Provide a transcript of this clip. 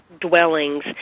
dwellings